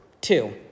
Two